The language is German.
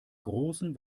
großen